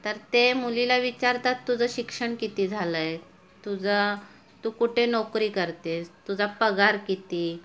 तर ते मुलीला विचारतात तुझं शिक्षण किती झालं आहे तुझा तू कुठे नोकरी करतेस तुझा पगार किती